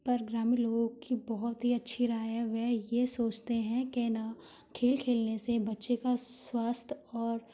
पर ग्रामीण लोगों की बहोत ही अच्छी राय है वह ये सोचते हैं कि ना खेल खेलने से बच्चे का स्वास्थ्य और